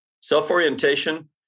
Self-orientation